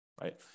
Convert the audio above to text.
right